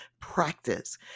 practice